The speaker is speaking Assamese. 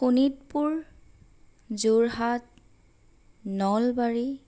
শোণিতপুৰ যোৰহাট নলবাৰী